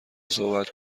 صحبت